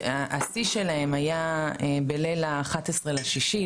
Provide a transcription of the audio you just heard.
השיא שלהם היה בליל 11 ביוני,